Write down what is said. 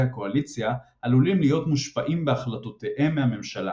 הקואליציה עלולים להיות מושפעים בהחלטותיהם מהממשלה.